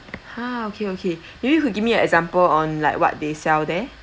!huh! okay okay maybe you could give me an example on like what they sell there